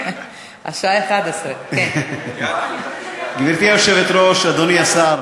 השעה 23:00. גברתי היושבת-ראש, אדוני השר,